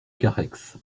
carhaix